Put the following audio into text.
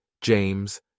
James